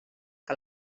que